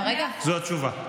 זו התשובה.